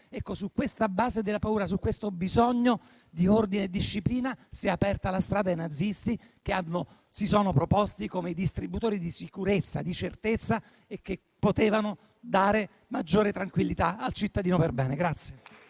ebrei. Su questa base di paura e su questo bisogno di ordine e disciplina si è aperta la strada ai nazisti, che si sono proposti come i distributori di sicurezza e di certezza e coloro che potevano dare maggiore tranquillità al cittadino perbene.